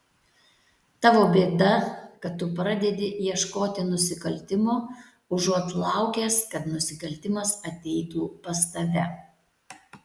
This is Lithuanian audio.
tavo bėda kad tu pradedi ieškoti nusikaltimo užuot laukęs kad nusikaltimas ateitų pas tave